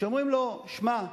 שאומרים לו: שמע,